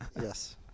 Yes